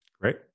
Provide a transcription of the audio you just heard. Great